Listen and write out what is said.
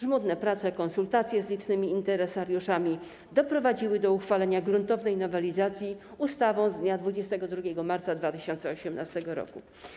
Żmudne prace, konsultacje z licznymi interesariuszami doprowadziły do uchwalenia gruntownej nowelizacji ustawą z dnia 22 marca 2018 r.